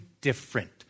different